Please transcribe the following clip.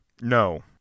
No